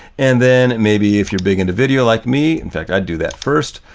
and then maybe if you're big into video like me, in fact, i'd do that first,